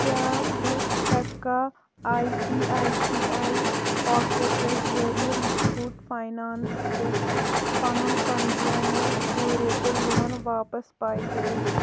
کیٛاہ بہٕ ہٮ۪کا I C I C I pockets ذٔریعہِ مُٹُھوٗٹھ فاینانٛس پٮ۪ٹھ پَنُن کنٛزیٛوٗمر ڈیٛوٗریبُل لون واپس پےَ کٔرِتھ